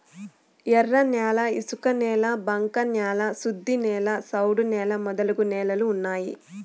ఎర్రన్యాల ఇసుకనేల బంక న్యాల శుద్ధనేల సౌడు నేల మొదలగు నేలలు ఉన్నాయి